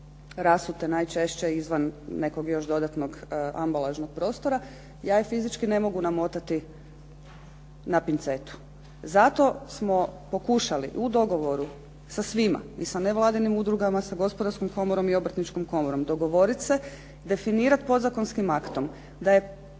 rasute najčešće izvan nekog još dodatnog ambalažnog prostora. Ja ih fizički ne mogu namotati na pincetu. Zato smo pokušali u dogovoru sa svima, i sa nevladinim udrugama, sa Gospodarskom komorom, Obrtničkom komorom dogovoriti se, definirati podzakonskim aktom da je